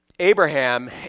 Abraham